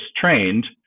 trained